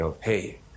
hey